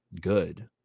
good